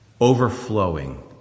overflowing